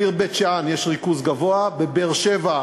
בעיר בית-שאן יש ריכוז גבוה, בבאר-שבע,